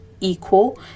equal